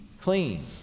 clean